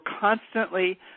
constantly